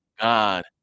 God